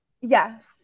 Yes